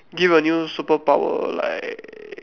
give you a new superpower like